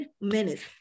minutes